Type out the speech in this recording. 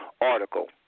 article